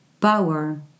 Power